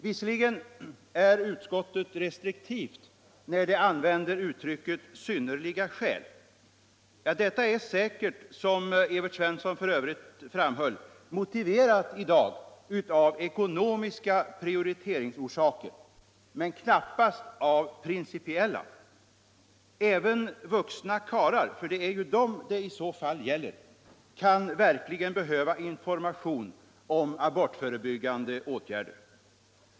Visserligen är utskottet restriktivt när det använder uttrycket ”synnerliga skäl”, men detta är säkert, somEvert Svensson i Kungälv f. ö. framhöll, motiverat i dag av ekonomiska priöriteringsorsaker och knappast av prin cipiella. Även vuxna karlar — för det är ju dem som det i så fall gäller —- kan verkligen behöva information om abortförebyggande åtgärder!